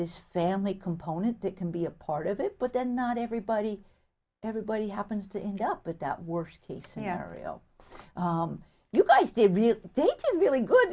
this family component that can be a part of it but then not everybody everybody happens to end up with that worst case scenario you guys did they did a really good